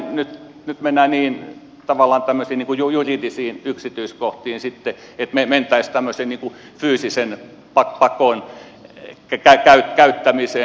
nyt mennään niin tavallaan tämmöisiin juridisiin yksityiskohtiin sitten jos mentäisiin tämmöisen niin kuin fyysisen pakon käyttämiseen